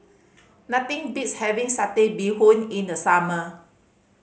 nothing beats having Satay Bee Hoon in the summer